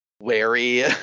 wary